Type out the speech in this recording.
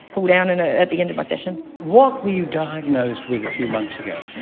cool down and ah at the end of my session. what were you diagnosed with a few months ago?